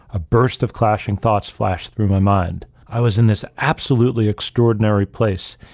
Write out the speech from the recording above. a burst of clashing thoughts flashed through my mind. i was in this absolutely extraordinary place,